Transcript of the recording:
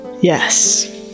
Yes